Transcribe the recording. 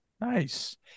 Nice